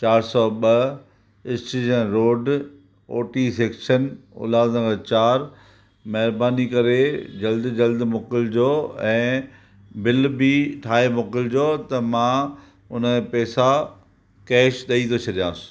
चारि सौ ॿ station road OT section Ulhasnagar चारि महिरबानी करे जल्दी जल्द मोकिलिजो ऐं बिल बि ठाहे मोकिलिजो त मां उन जा पेसा कैश ॾई थो छॾियांसि